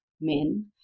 men